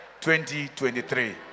2023